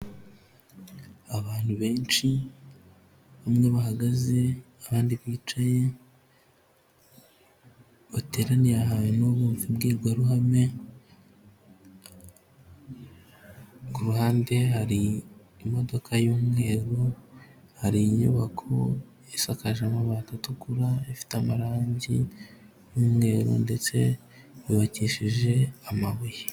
Abantu benshi, bamwe bahagaze abandi bicaye, bateraniye ahantu bumva imbwirwaruhame, ku ruhande hari imodoka y'umweru, hari inyubako isakaje amabati atukura, ifite amarangi y'umweru ndetse yubakishe amabuye.